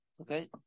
Okay